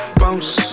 bounce